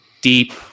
deep